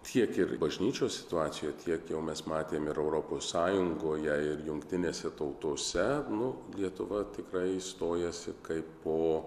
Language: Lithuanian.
tiek ir bažnyčios situacijoje tiek jau mes matėme ir europos sąjungoje ir jungtinėse tautose nu lietuva tikrai stojasi kaip po